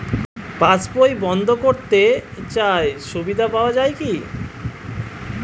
পাশ বই বন্দ করতে চাই সুবিধা পাওয়া যায় কি?